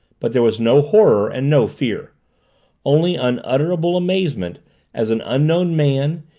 but there was no horror and no fear only unutterable amazement as an unknown man,